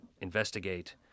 investigate